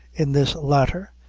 in this latter,